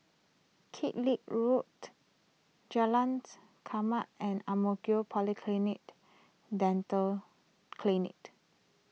Kellock Road Jalan's Chermat and Ang Mo Kio Polyclinic Dental Clinic